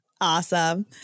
Awesome